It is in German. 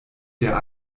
der